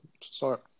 start